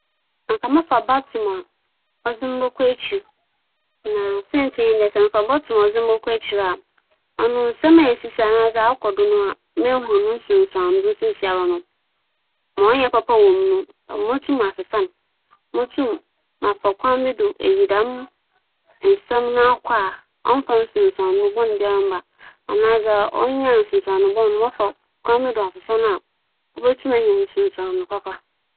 Nkyɛ mowͻ kwan dɛ mobotum m'emia biribi do mma mber asan n'ekyir anaa egyina faakor a, nnka mebɛma mber asan n'ekyir osiandɛ ndzɛmba pii na nkyɛ mowͻ pɛ dɛ mebɛyɛ a menntum annyɛ ma ber abasin kͻ ntsi sɛ mutum me san m'ekyir a, nkyɛ mebɛsan m'ekyir na mayɛ dɛm nsakyer ne nyinara na mbom dɛ mebɛma mber egyina n'anan mu dze, munnhu mfaso a ͻdze bɛberɛ me.